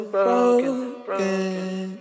broken